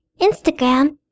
Instagram